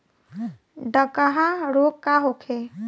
डकहा रोग का होखे?